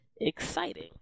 exciting